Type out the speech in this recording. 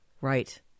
Right